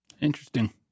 Interesting